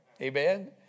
Amen